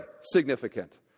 significant